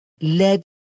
led